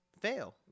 fail